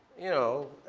you know,